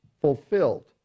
fulfilled